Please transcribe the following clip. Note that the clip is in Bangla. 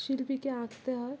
শিল্পীকে আঁকতে হয়